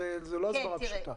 זאת לא הסברה פשוטה.